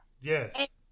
Yes